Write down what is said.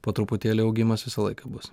po truputėlį augimas visą laiką bus